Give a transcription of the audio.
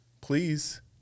please